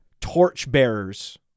torchbearers